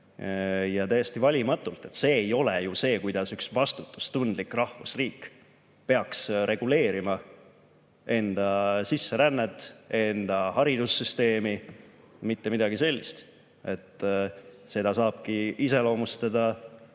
seda täiesti valimatult. See ei ole ju see, kuidas üks vastutustundlik rahvusriik peaks reguleerima sisserännet ja enda haridussüsteemi. Mitte midagi sellist! Seda saabki iseloomustada